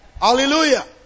Hallelujah